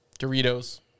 Doritos